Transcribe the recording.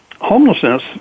homelessness